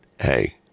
hey